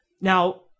Now